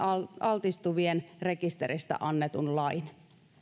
altistuvien rekisteristä annetun lain